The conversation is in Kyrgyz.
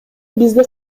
бизди